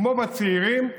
כמו בקרב הצעירים,